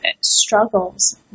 struggles